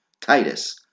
Titus